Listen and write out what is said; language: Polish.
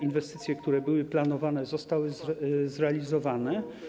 Inwestycje, które były planowane, zostały zrealizowane.